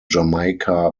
jamaica